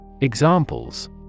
Examples